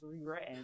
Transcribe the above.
rewritten